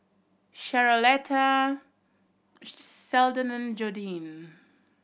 Charolette Seldon and Jordyn